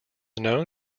known